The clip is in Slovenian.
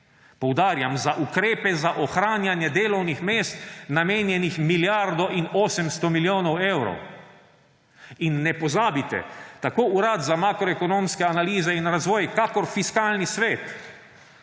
poudarjam za ukrepe za ohranjanje delovnih mest namenjenih milijardo in 800 milijonov evrov? In ne pozabite, tako Urad za makroekonomske analize in razvoj kakor Fiskalni svet